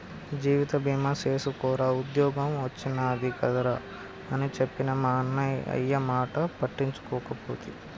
జీవిత బీమ సేసుకోరా ఉద్ద్యోగం ఒచ్చినాది కదరా అని చెప్పిన మా అయ్యమాట పట్టించుకోకపోతి